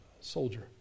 soldier